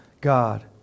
God